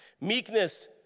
Meekness